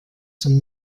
zum